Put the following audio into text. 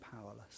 powerless